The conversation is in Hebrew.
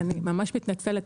אני ממש מתנצלת,